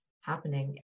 happening